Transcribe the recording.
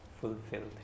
fulfilled